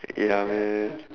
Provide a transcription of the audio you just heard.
ya man